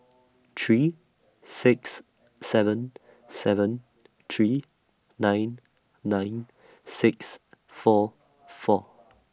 three six seven seven three nine nine six four four